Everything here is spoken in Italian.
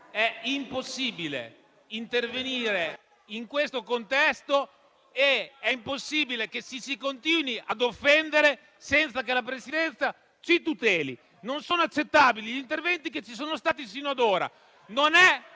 È impossibile intervenire in questo contesto, è impossibile che si continui ad offendere senza che la Presidenza ci tuteli. Non sono accettabili gli interventi che ci sono stati sino ad ora;